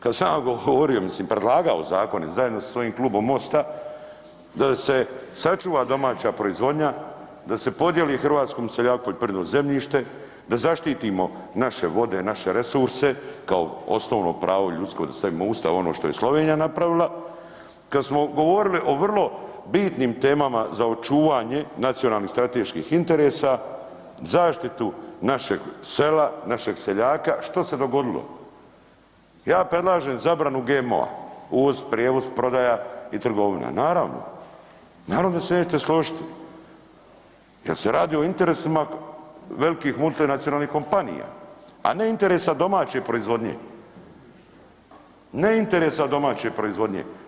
Kad sam ja govorio, mislim predlagao zakone zajedno sa svojim Klubom MOST-a da se sačuva domaća proizvodnja, da se podijeli hrvatskom seljaku poljoprivredno zemljište, da zaštitimo naše vode, naše resurse kao osnovno pravo ljudsko da stavimo u usta ono što je Slovenija napravila, kad smo govorili o vrlo bitnim temama za očuvanje nacionalnih strateških interesa zaštitu našeg sela, naših seljaka, što se dogodilo, ja predlažem zabranu GMO-a, uvoz, prijevoz, prodaja i trgovina, naravno, naravno da se nećete složiti jer se radi o interesima velikih multinacionalnih kompanija, a ne interesa domaće proizvodnje, ne interesa domaće proizvodnje.